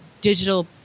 digital –